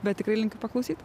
bet tikrai linkiu paklausyt